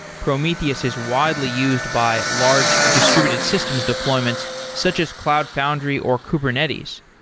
prometheus is widely used by large distributed systems deployments such as cloud foundry or kubernetes.